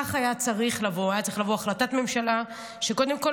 כך הייתה צריכה לבוא החלטת ממשלה שקודם כול